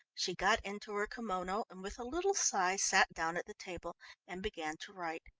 she got into her kimono and with a little sigh sat down at the table and began to write.